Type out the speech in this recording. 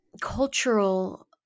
cultural